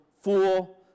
fool